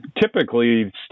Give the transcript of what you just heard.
typically